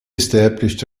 established